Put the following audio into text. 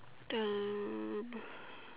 the the